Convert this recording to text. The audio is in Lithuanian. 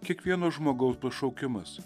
kiekvieno žmogaus pašaukimas